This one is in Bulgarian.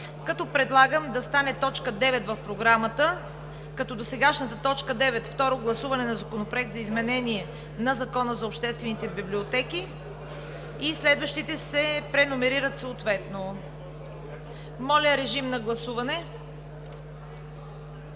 като предлагам тя да стане т. 9 в Програмата. Досегашната т. 9 – Второ гласуване на Законопроект за изменение на Закона за обществените библиотеки, и следващите се преномерират съответно. Моля, гласувайте.